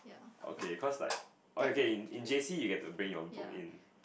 okay cause like okay in in J_C you get to bring your book in